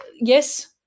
yes